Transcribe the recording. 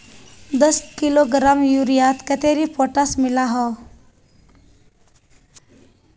दस किलोग्राम यूरियात कतेरी पोटास मिला हाँ?